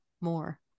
more